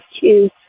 choose